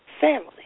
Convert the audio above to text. family